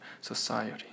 society